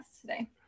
today